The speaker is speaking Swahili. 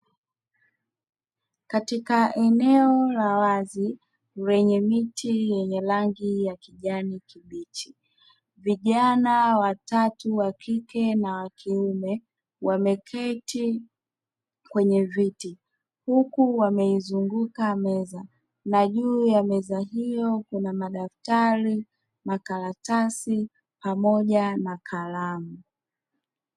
Katika eneo la wazi lenye miti yenye rangi ya kijani kibichi vijana watatu wa kike na wa kiume wameketi kwenye viti huku wameizunguka meza na juu ya meza hiyo kuna; madaftari, makaratasi pamoja na kalamu.